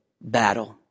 battle